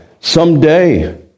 someday